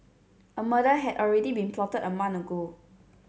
a murder had already been plotted a month ago